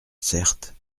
certes